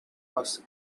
was